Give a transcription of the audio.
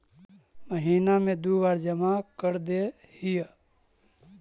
महिना मे दु बार जमा करदेहिय?